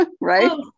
right